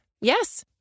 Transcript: Yes